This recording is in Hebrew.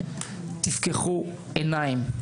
תפקחו עיניים,